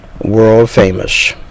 world-famous